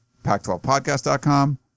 Pac12podcast.com